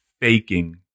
faking